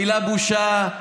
המילה "בושה"